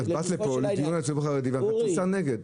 את באת לפה לדיון על הציבור החרדי ואת מתריסה נגד.